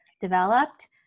developed